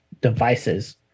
devices